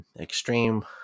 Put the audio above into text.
extreme